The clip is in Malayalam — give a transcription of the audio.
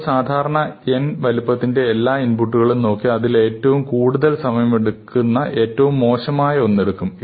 നമ്മൾ സാധാരണ n വലുപ്പത്തിന്റെ എല്ലാ ഇൻപുട്ടുകളും നോക്കി അതിൽ ഏറ്റവും കൂടുതൽ സമയം എടുക്കുന്ന ഏറ്റവും മോശമായ ഒന്ന് എടുക്കും